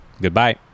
Goodbye